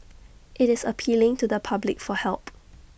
IT is appealing to the public for help